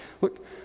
look